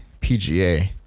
pga